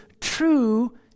true